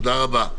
תודה רבה.